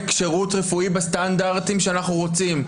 שירות רפואי בסטנדרטים שאנחנו רוצים.